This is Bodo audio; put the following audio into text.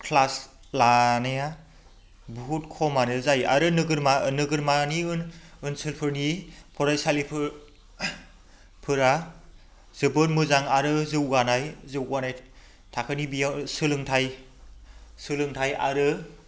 क्लास लानाया बहुद खमानो जायो आरो नोगोरमानि ओनसोलफोरनि फरायसालिफोरा जोबोद मोजां आरो जौगानाय थाखोनि बेयाव सोलोंथाय आरो